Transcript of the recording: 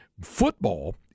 football